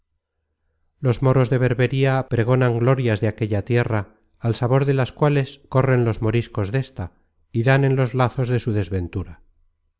los moros de berbería pregonan glorias de aquella tierra al sabor de las cuales corren los moriscos desta y dan en los lazos de su desventura